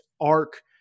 arc